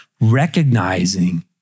recognizing